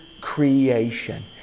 creation